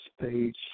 page